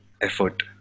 effort